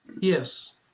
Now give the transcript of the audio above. Yes